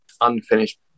unfinished